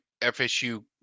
FSU